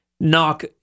knock